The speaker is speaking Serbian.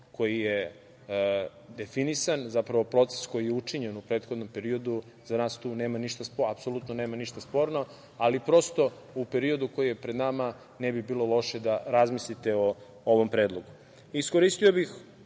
koji je definisan, zapravo proces koji je učinjen u prethodnom periodu za nas tu nema apsolutno ništa sporno. Ali, prosto u periodu koji je pred nama ne bi bilo loše da razmislite o ovom